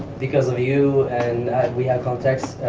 because of you and we have context,